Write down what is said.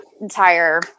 entire